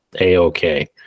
A-OK